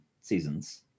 seasons